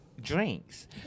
drinks